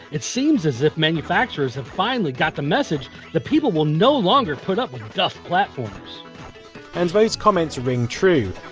it seems as if manufacturers have finally got the message that people will no longer put up with duff platformers and those comments ring true,